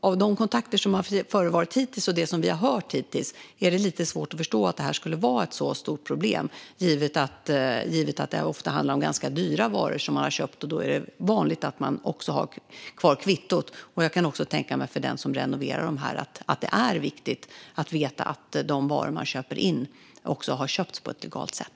Av de kontakter som hittills har förevarit och det vi hittills har hört är det lite svårt att förstå att detta skulle vara ett så stort problem, givet att det ofta handlar om ganska dyra varor som man köpt. Då är det vanligt att man också har kvar kvittot. Jag kan också tänka mig att det för den som renoverar är viktigt att veta att de varor man köper in har köpts på ett legalt sätt.